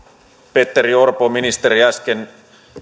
petteri orpo äsken